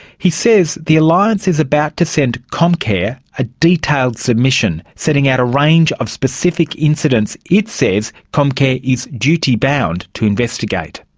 he says the alliance is about to send comcare a detailed submission setting out a range of specific incidents it says comcare is duty-bound to investigate.